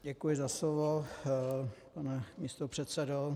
Děkuji za slovo, pane místopředsedo.